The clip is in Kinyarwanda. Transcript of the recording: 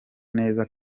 neza